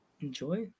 Enjoy